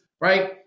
right